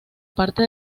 parte